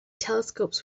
telescopes